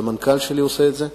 המנכ"ל שלי עושה את זה.